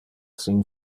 sin